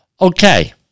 okay